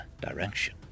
direction